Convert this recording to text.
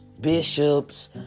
bishops